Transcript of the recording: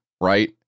right